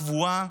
קבועה,